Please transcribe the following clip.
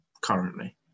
currently